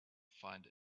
find